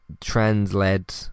trans-led